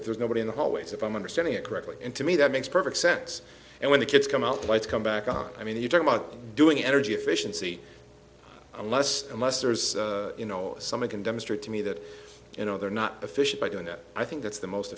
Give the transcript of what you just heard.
if there's nobody in the hallways if i'm understanding it correctly and to me that makes perfect sense and when the kids come out the lights come back on i mean you talk about doing energy efficiency unless unless there's you know someone can demonstrate to me that you know they're not official by doing that i think that's the most